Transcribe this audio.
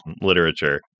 literature